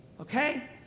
Okay